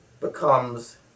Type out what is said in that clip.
becomes